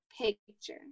picture